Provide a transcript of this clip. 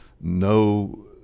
no